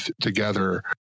together